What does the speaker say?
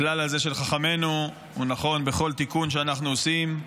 הכלל הזה של חכמינו הוא נכון בכל תיקון שאנחנו עושים,